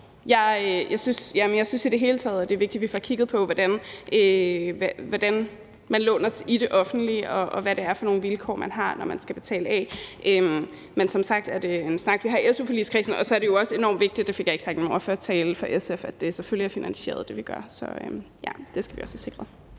Jeg synes i det hele taget, det er vigtigt, at vi får kigget på, hvordan man låner i det offentlige, og hvad det er for nogle vilkår, man har, når man skal betale af. Men som sagt er det en snak, vi har i su-forligskredsen. Og så er det jo også enormt vigtigt – det fik jeg ikke sagt i min ordførertale – for SF, at det, vi gør,